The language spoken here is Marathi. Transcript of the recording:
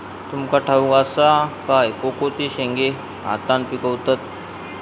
तुमका ठाउक असा काय कोकोचे शेंगे हातान पिकवतत